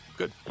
Good